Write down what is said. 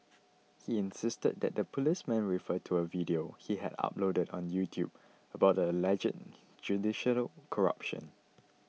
he insisted that the policemen refer to a video he had uploaded on YouTube about alleged corruption